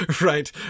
right